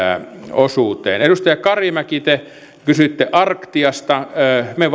osuuteen edustaja karimäki te kysyitte arctiasta me